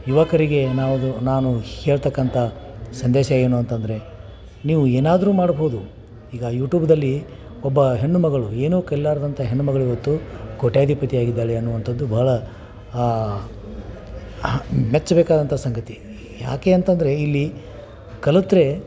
ಯುವಕರಿಗೆ ನಾವು ನಾನು ಹೇಳತಕ್ಕಂಥ ಸಂದೇಶ ಏನು ಅಂತಂದರೆ ನೀವು ಏನಾದರೂ ಮಾಡ್ಬೋದು ಈಗ ಯೂಟೂಬ್ನಲ್ಲಿ ಒಬ್ಬ ಹೆಣ್ಣು ಮಗಳು ಏನೂ ಕಲೀಲಾರ್ದಂಥ ಹೆಣ್ಣು ಮಗ್ಳು ಇವತ್ತು ಕೋಟ್ಯಧಿಪತಿ ಆಗಿದ್ದಾಳೆ ಅನ್ನುವಂಥದ್ದು ಬಹಳ ಮೆಚ್ಚಬೇಕಾದಂಥ ಸಂಗತಿ ಯಾಕೆ ಅಂತಂದರೆ ಇಲ್ಲಿ ಕಲಿತ್ರೆ